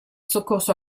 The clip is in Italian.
soccorso